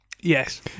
Yes